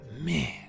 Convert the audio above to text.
man